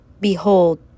Behold